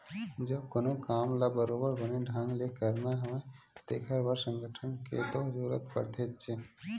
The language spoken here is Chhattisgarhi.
जब कोनो काम ल बरोबर बने ढंग ले करना हवय तेखर बर संगठन के तो जरुरत पड़थेचे